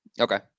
Okay